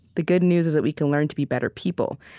the good news is that we can learn to be better people.